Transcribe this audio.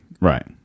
Right